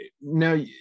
Now